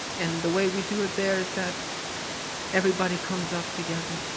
and the way we do it there is that everybody comes up together.